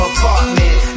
Apartment